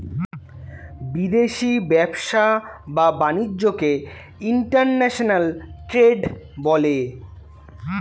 বিদেশি ব্যবসা বা বাণিজ্যকে ইন্টারন্যাশনাল ট্রেড বলে